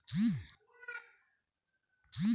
Aadhaar card ಮೂಲಕ bank account open ಮಾಡಲಿಕ್ಕೆ ಆಗುತಾ?